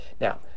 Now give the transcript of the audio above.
now